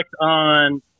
on